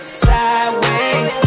sideways